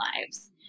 lives